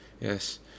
yes